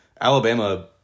Alabama